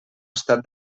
estat